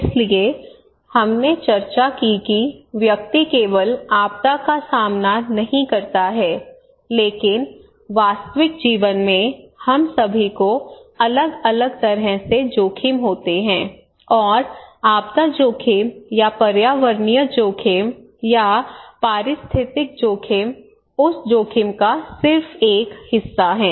इसलिए हमने चर्चा की कि व्यक्ति केवल आपदा का सामना नहीं करता है लेकिन वास्तविक जीवन में हम सभी को अलग अलग तरह के जोखिम होते हैं और आपदा जोखिम या पर्यावरणीय जोखिम या पारिस्थितिक जोखिम उस जोखिम का सिर्फ एक हिस्सा है